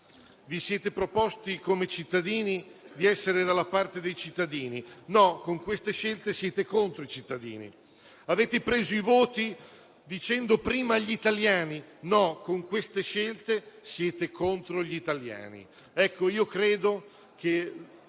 Vi siete proposti, come cittadini, di essere dalla parte dei cittadini? Con queste scelte siete contro i cittadini. Avete preso i voti dicendo «prima gli italiani»? Con queste scelte siete contro gli italiani.